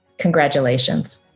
congratulations!